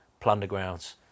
Plundergrounds